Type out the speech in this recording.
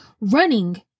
running